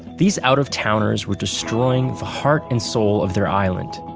these out of towners were destroying the heart and soul of their island.